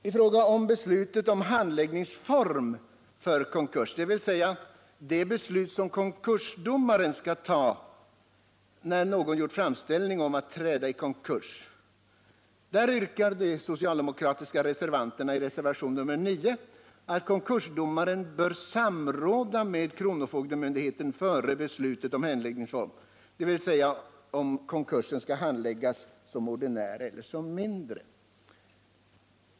I fråga om beslutet om handläggningsform för konkurs, dvs. det beslut som konkursdomaren skall fatta när någon har gjort framställning om att träda i konkurs, yrkar socialdemokraterna i reservationen 9 att konkursdomaren bör samråda med kronofogdemyndigheten före beslutet om anläggningsform, dvs. om konkursen skall handläggas som ordinär eller som mindre konkurs.